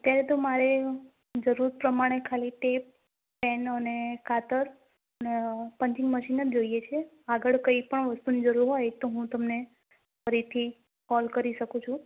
અત્યારે તો મારે જરૂર પ્રમાણે ખાલી ટેપ પેન અને કાતર ને પંજીંગ મશીન જ જોઈએ છે આગળ કઈ પણ વસ્તુની જરૂર હોય તો હું તમને ફરીથી કોલ કરી સકું છુ